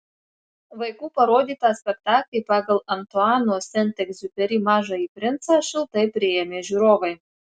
vaikų parodytą spektaklį pagal antuano sent egziuperi mažąjį princą šiltai priėmė žiūrovai